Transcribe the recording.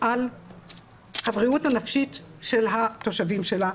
על הבריאות הנפשית של התושבים שלה,